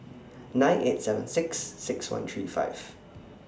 nine eight seven six six one three five